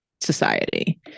society